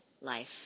life